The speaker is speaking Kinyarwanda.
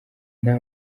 nta